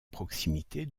proximité